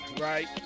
right